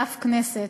באף כנסת,